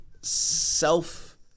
self –